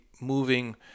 moving